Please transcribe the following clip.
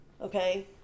okay